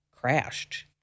crashed